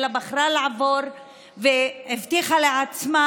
אלא בחרה לעבור והבטיחה לעצמה,